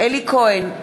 אלי כהן,